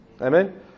Amen